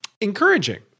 encouraging